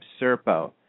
Serpo